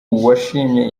washimye